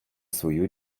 свою